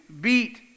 beat